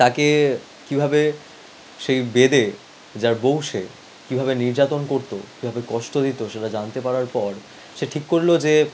তাকে কীভাবে সেই বেদের যার বউ সে কীভাবে নির্যাতন করতো কীভাবে কষ্ট দিত সেটা জানতে পারার পর সে ঠিক করলো যে